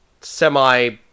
semi